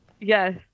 Yes